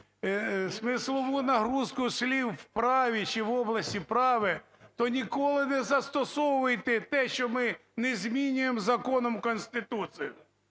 смислову нагрузку слів у праві чи в області права, то ніколи не застосовуйте те, що ми не змінюємо законом Конституцію.